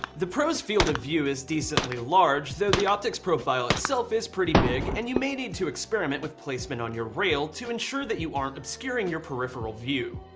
the pro's field of view is decently large though the optics profile itself is pretty big and you may need to experiment with placement on your rail to ensure that you aren't obscuring your peripheral view.